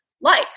life